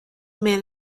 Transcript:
man